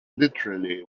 literally